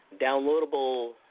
downloadable